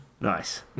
Nice